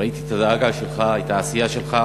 ראיתי את הדאגה שלך, את העשייה שלך.